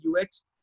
UX